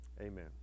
Amen